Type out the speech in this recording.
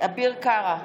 אביר קארה,